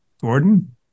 Gordon